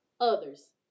others